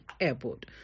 airport